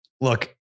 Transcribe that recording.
look